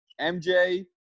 MJ –